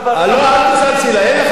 אין לך זכות לשאול שאלה עכשיו.